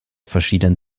verschiedenen